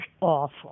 awful